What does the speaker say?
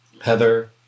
Heather